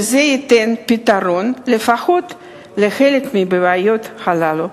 וזה ייתן פתרון לפחות לחלק מהבעיות הללו.